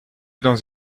dans